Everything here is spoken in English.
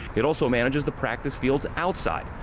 it also manages the practice field outside,